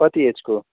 कति एजको